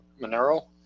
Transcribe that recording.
Monero